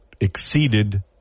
exceeded